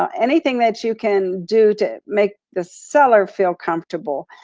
um anything that you can do to make the seller feel comfortable.